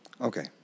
Okay